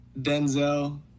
Denzel